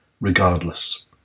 regardless